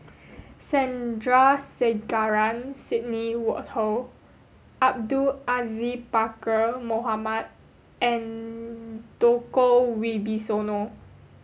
Sandrasegaran Sidney Woodhull Abdul Aziz Pakkeer Mohamed and Djoko Wibisono